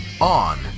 on